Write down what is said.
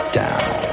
down